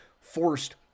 forced